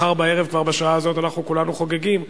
מחר בערב בשעה הזאת כבר אנחנו כולנו חוגגים,